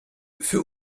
für